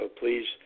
please